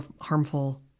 harmful